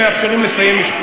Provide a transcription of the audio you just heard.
למה אתם לא מאפשרים לסיים משפט?